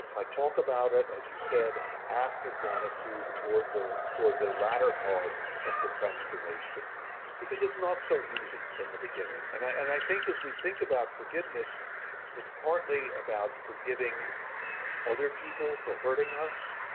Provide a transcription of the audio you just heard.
i talk about it, as i said after gratitude toward the toward the later part of the transformation because it's not so easy in the beginning. and i and i think as we think about forgiveness it's partly about forgiving other people for hurting us.